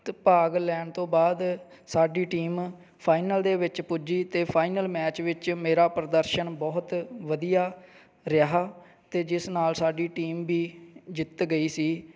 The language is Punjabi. ਅਤੇ ਭਾਗ ਲੈਣ ਤੋਂ ਬਾਅਦ ਸਾਡੀ ਟੀਮ ਫਾਈਨਲ ਦੇ ਵਿੱਚ ਪੁੱਜੀ ਅਤੇ ਫਾਈਨਲ ਮੈਚ ਵਿੱਚ ਮੇਰਾ ਪ੍ਰਦਰਸ਼ਨ ਬਹੁਤ ਵਧੀਆ ਰਿਹਾ ਅਤੇ ਜਿਸ ਨਾਲ ਸਾਡੀ ਟੀਮ ਵੀ ਜਿੱਤ ਗਈ ਸੀ